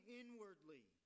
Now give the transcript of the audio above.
inwardly